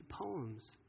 poems